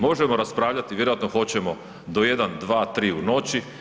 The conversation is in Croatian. Možemo raspravljati, vjerojatno hoćemo do 1, 2, 3 u noći.